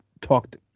talked